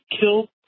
killed